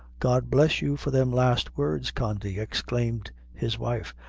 god bless you for them last words, condy! exclaimed his wife,